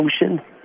emotion